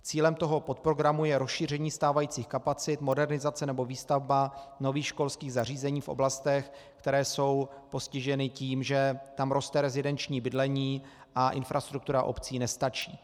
Cílem tohoto programu je rozšíření stávajících kapacit, modernizace nebo výstavba nových školských zařízení v oblastech, které jsou postiženy tím, že tam roste rezidenční bydlení a infrastruktura obcí nestačí.